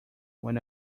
when